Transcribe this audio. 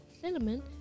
cinnamon